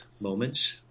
moments